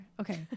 Okay